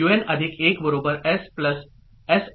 Qn1 S R'